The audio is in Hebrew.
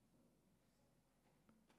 הלינץ'